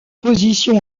position